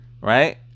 right